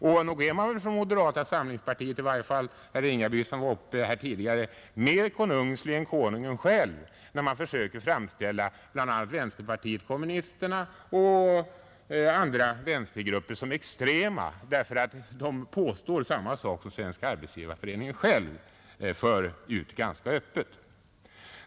Och nog är man väl inom moderata samlingspartiet — i varje fall herr Ringaby, som tidigare var uppe i debatten — mer konungslig än konungen själv när man försöker framställa vänsterpartiet kommunisterna och andra vänstergrupper som extrema därför att de påstår samma sak som Svenska arbetsgivareföreningen själv för ut ganska öppet.